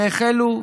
והחלו,